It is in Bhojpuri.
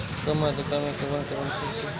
कम आद्रता में कवन कवन खेती होई?